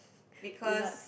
because